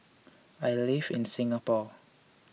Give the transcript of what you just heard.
I live in Singapore